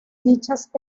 dichas